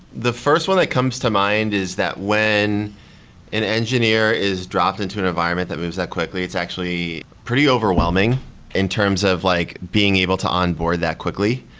the first one that comes to mind is that when an engineer is dropped into an environment that moves that quickly, it's actually pretty overwhelming in terms of like being able to onboard that quickly.